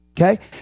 Okay